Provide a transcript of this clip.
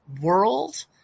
world